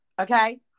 Okay